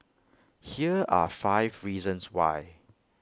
here are five reasons why